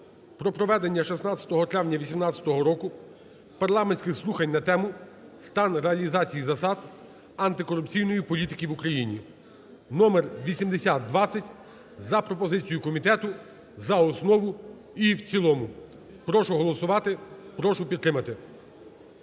про проведення 16 травня 2018 року парламентських слухань на тему: "Стан реалізації засад антикорупційної політики в Україні" (№ 8020) за пропозицією комітету за основу і в цілому. Прошу голосувати, прошу підтримати.